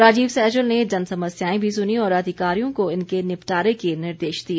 राजीव सैजल ने जन समस्याएं भी सुनीं और अधिकारियों को इनके निपटारे के निर्देश दिए